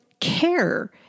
care